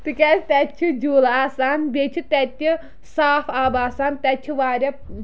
تِکیٛازِ تَتہِ چھِ جوٗلہٕ آسان بیٚیہِ چھِ تَتہِ صاف آب آسان تَتہِ چھُ واریاہ